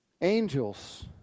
angels